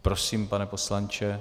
Prosím, pane poslanče.